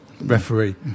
referee